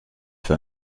für